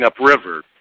upriver